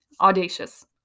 Audacious